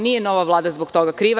Nije nova Vlada zbog toga kriva.